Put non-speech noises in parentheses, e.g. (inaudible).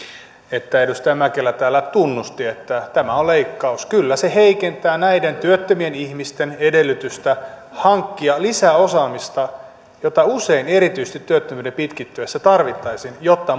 että edustaja mäkelä täällä tunnusti että tämä on leikkaus kyllä se heikentää näiden työttömien ihmisten edellytystä hankkia lisäosaamista jota usein erityisesti työttömyyden pitkittyessä tarvittaisiin jotta (unintelligible)